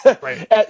right